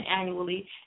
annually